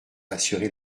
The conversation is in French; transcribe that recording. assurer